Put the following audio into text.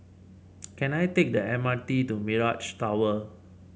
can I take the M R T to Mirage Tower